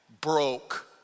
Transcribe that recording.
Broke